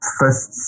first